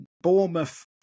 Bournemouth